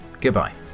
Goodbye